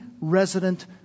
resident